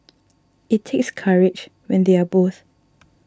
it takes courage when they are both